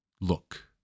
look